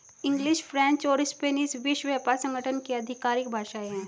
English, French और Spanish विश्व व्यापार संगठन की आधिकारिक भाषाएं है